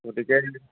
গতিকে